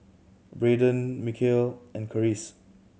Brayden Mikeal and Karis